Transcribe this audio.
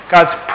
God's